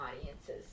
audiences